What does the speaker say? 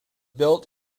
built